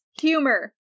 humor